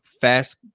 fast